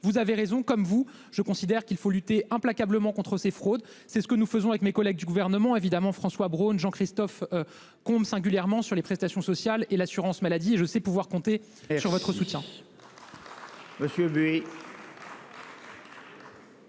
vous avez raison comme vous, je considère qu'il faut lutter implacablement contre ces fraudes. C'est ce que nous faisons avec mes collègues du gouvernement, évidemment François Braun Jean-Christophe. Combe singulièrement sur les prestations sociales et l'assurance maladie et je sais pouvoir compter et je votre soutien.